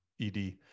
ED